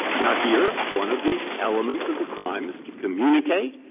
now, here one of the elements of the crime is to communicate,